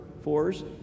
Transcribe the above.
fours